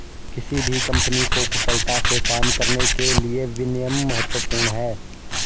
किसी भी कंपनी को कुशलता से काम करने के लिए विनियम महत्वपूर्ण हैं